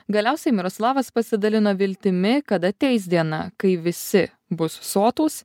galiausiai miroslavas pasidalino viltimi kad ateis diena kai visi bus sotūs